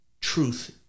truth